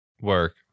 Work